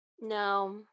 No